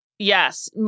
Yes